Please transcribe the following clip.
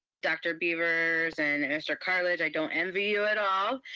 dr. beavers and mr. cartlidge, i don't envy you at all,